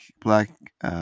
black